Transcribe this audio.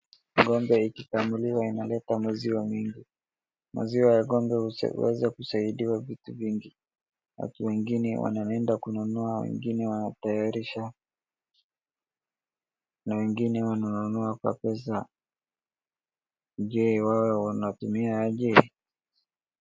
Ng'ombe ikikamuliwa inaleta maziwa mingi, maziwa ya ng'ombe huweza kusaidia vitu vingi, watu wengine wanaenda kununua wengine wanatayarisha na wengine wananunua kwa pesa, je wewe wanatumia aje.